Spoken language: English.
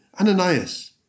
Ananias